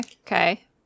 Okay